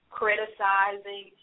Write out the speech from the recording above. criticizing